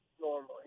normally